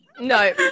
No